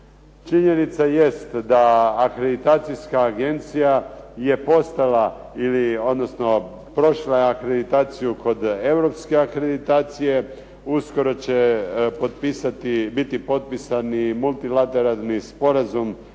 Činjenica jest da akreditacijska agencija je postala ili odnosno prošla je akreditaciju kod europske akreditacije, uskoro će potpisati, biti potpisan i multilateralni sporazum